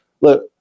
Look